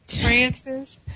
Francis